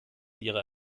ihrer